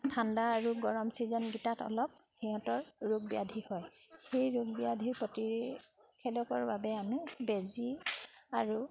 ঠাণ্ডা আৰু গৰম ছিজনকেইটাত অলপ সিহঁতৰ ৰোগ ব্যাধি হয় সেই ৰোগ ব্যাধি প্ৰতিষেধকৰ বাবে আমি বেজী আৰু